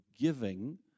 giving